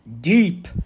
deep